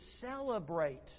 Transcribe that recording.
celebrate